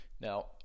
Now